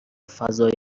فضای